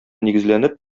нигезләнеп